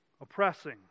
oppressing